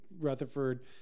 Rutherford